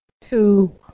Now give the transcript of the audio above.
two